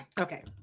Okay